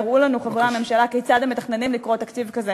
יראו לנו חברי הממשלה כיצד הם מתכננים לקרוא תקציב כזה